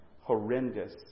horrendous